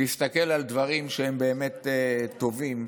תסתכל על דברים שהם באמת טובים,